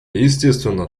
естественно